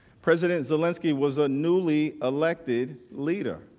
president zelensky was a newly elected leader.